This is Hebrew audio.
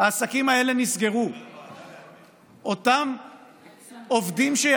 שנשארו כאן חברי הכנסת של הרשימה המשותפת וכולם עלו